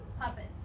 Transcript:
puppets